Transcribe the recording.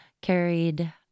carried